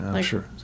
Sure